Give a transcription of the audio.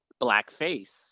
blackface